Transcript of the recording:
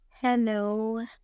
Hello